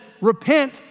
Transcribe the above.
repent